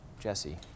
Jesse